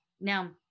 now